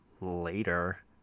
later